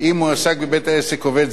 בבית-העסק עובד זר ללא היתר ואם הוא